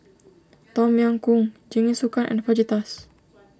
Tom Yam Goong Jingisukan and Fajitas